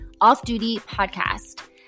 offdutypodcast